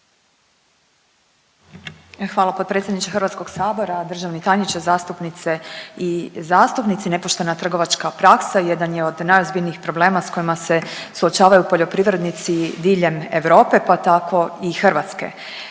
Hvala potpredsjedniče Hrvatskog sabora. Državni tajniče, zastupnice i zastupnici nepoštena trgovačka praksa jedan je od najozbiljnijih problema s kojima se suočavaju poljoprivrednici diljem Europe pa tako i Hrvatske.